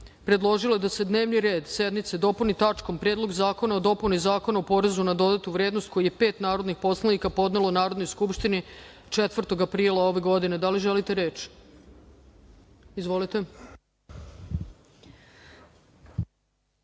predložila je da se dnevni red sednice dopuni tačkom Predlog zakona o dopuni Zakona o porezu na dodatu vrednost , koji je pet narodnih poslanika podnelo Narodnoj skupštini 4. aprila ove godine. Da li želite reč? (Da.)Izvolite.